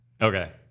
Okay